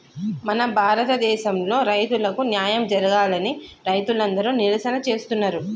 మన భారతదేసంలో రైతులకు న్యాయం జరగాలని రైతులందరు నిరసన చేస్తున్నరు